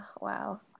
Wow